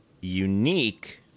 unique